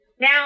now